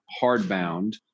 hardbound